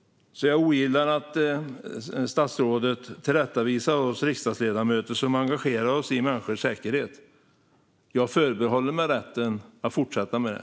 Jag ogillar att statsrådet tillrättavisar oss riksdagsledamöter som engagerar oss i människors säkerhet. Jag förbehåller mig rätten att fortsätta med det.